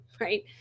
right